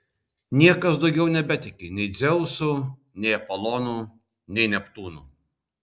niekas daugiau nebetiki nei dzeusu nei apolonu nei neptūnu